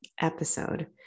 episode